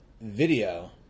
video